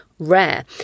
rare